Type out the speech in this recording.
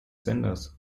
senders